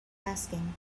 asking